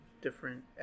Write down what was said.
different